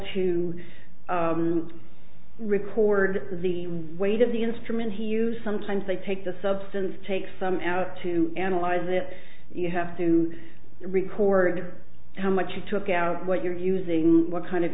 to record the weight of the instrument he used sometimes they take the substance take some out to analyze it you have to record how much you took out what you're using what kind of